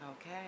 Okay